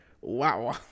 Wow